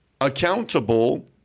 accountable